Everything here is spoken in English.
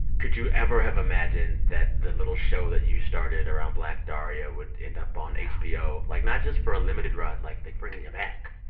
could you ever have imagined that the little show that you started around black daria would end up on hbo. no. like, not just for a limited run like like, bringing it back?